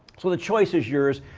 so, the choice is yours.